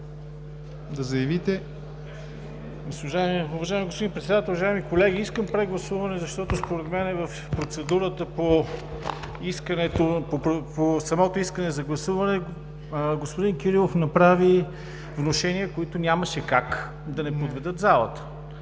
България): Уважаеми господин Председател, уважаеми колеги! Искам прегласуване, защото според мен в процедурата по самото искане за гласуване господин Кирилов направи внушения, които нямаше как да не подведат залата,